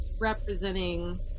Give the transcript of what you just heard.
representing